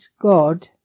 God